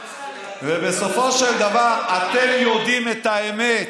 בסופו של דבר, אתם יודעים את האמת,